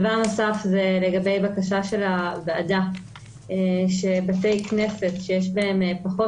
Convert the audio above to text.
דבר נוסף זה לגבי הבקשה של הוועדה שבבתי כנסת שיש בהם פחות